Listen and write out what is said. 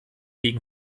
gegen